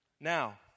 Now